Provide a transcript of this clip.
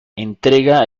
entrega